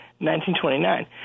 1929